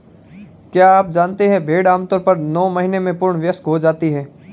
क्या आप जानते है भेड़ आमतौर पर नौ महीने में पूर्ण वयस्क हो जाती है?